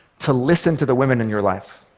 to listen to the women in your life?